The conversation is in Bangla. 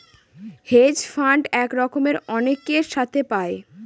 হেজ ফান্ড এক রকমের অনেকের সাথে পায়